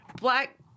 black